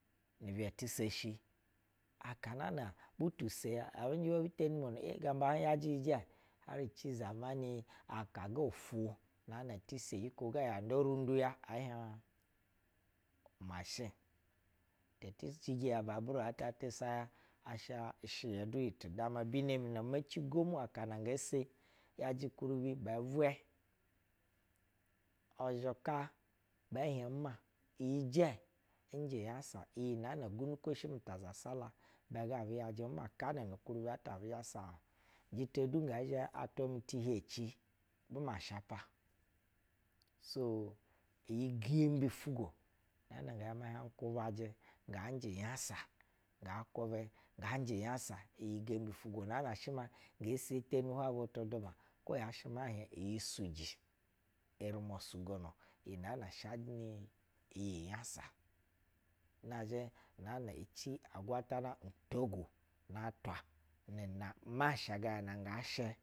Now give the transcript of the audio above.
Ni ibɛ ti seshi. Aka la la butu so uyi ebi zhe hwai ebu teni umwoni gamba hn yajɛ yɛ, ai ci zamani aka ga ufwo o tu so naga yawa randuya ehiɛh mashin. Te ti shiji ababuru tudama ya. Bino mi na meci gomu akana ngoo so i ‘yajɛ ukuribi na bɛɛ uwɛ uzhɛka bɛɛ hieh umma, iyi jɛ n njɛ unyasa, iyi nɛɛnɛ ugwunikwoshi nu ta zasa la ibɛ gɛ abu yajɛ umma kana nu ukunbi ata abu yajɛ. Jita du ngɛɛ zhɛ atwa mi ti hieci bu ma shapa so iyi gembi ufuwo ni iyi naan a ati yajɛ ngaa njɛ anasa ngaa kwubɛ ngaa njɛ nyasa. Iyi gembi ufugwo ngaa zasa la ngee susuteni hwai butu kwo yeshɛ luwai iyi suji ne ri shi ma duma iyi nɛɛ nɛ shamɛ iyi nyasa. Na zhɛ u uyuah yuah yeci ɛ zhɛ pula ogwu ata nu masha gana yashɛ.